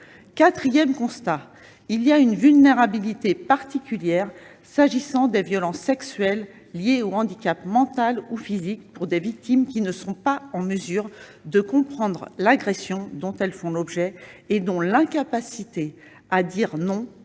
quatrième constat est qu'il existe une vulnérabilité particulière, s'agissant des violences sexuelles, liée au handicap mental ou psychique pour des victimes qui ne sont pas en mesure de comprendre l'agression dont elles font l'objet et dont l'« incapacité à dire non